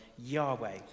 yahweh